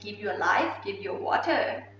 you life, give you water,